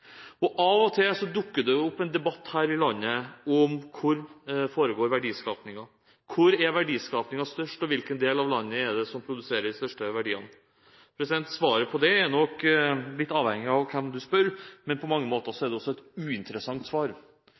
Av og til dukker det opp en debatt om hvor verdiskapingen foregår her i landet. Hvor er verdiskapingen størst, og hvilken del av landet er det som produserer de største verdiene? Svaret på det er nok litt avhengig av hvem du spør, men på mange måter er svaret uinteressant, fordi denne nasjonen er